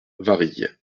varilhes